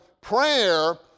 prayer